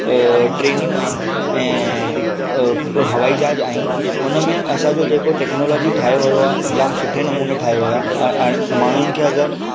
ट्रैनियूं आहिनि ऐं हवाई जहाज आहिनि हुन में असांजो जेको टेक्नोलॉजी ठाहे वियो आहे जाम सुठे नमूने ठाहे वियो आहे माण्हुनि खे अगरि